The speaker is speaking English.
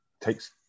takes